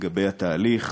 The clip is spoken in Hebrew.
לגבי התהליך,